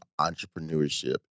entrepreneurship